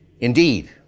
indeed